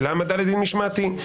של העמדה לדין משמעתי,